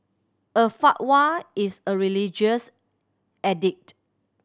a fatwa is a religious